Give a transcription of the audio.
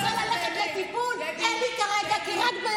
נורא קל להפוך את זה לפוליטי.